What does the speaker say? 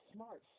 Smart